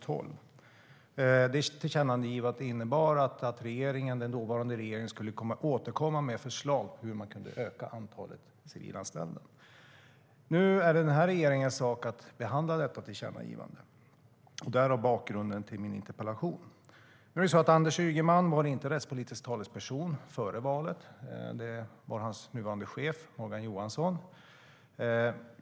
Tillkännagivandet innebar att den dåvarande regeringen skulle återkomma med förslag till hur antalet civilanställda kunde ökas. Anders Ygeman var inte rättspolitisk talesperson före valet. Det var hans nuvarande chef Morgan Johansson.